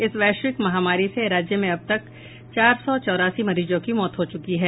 इस वैश्विक महामारी से राज्य में अब तक चार सौ चौरासी मरीजों की मौत हो चुकी है